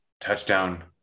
touchdown